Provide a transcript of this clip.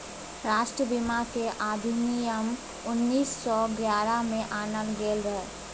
राष्ट्रीय बीमा केर अधिनियम उन्नीस सौ ग्यारह में आनल गेल रहे